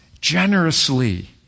generously